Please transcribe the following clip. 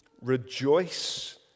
Rejoice